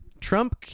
Trump